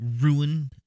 ruin